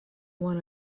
one